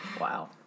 Wow